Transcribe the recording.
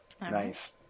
Nice